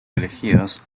elegidos